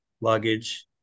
luggage